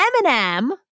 Eminem